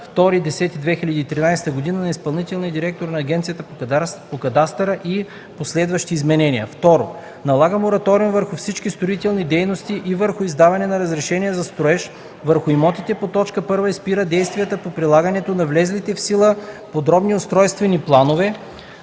2003 г. на изпълнителния директор на Агенцията по кадастъра и последващи изменения. 2. Налага мораториум върху всички строителни дейности и върху издаване на разрешения за строеж, върху имотите по т. 1 и спира действията по прилагането на влезлите в сила подробни устройствени планове,